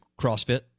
CrossFit